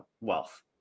wealth